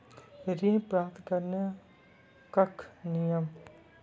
ऋण प्राप्त करने कख नियम?